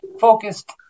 Focused